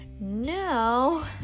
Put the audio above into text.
No